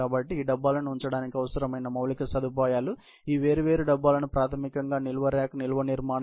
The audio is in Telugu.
కాబట్టి ఈ డబ్బాలను ఉంచడానికి అవసరమైన మౌలిక సదుపాయాలు ఈ వేర్వేరు డబ్బాలు ప్రాథమికంగా నిల్వ ర్యాక్ నిల్వ నిర్మాణం